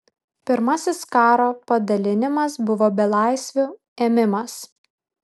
pirmasis karo padailinimas buvo belaisvių ėmimas